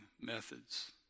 methods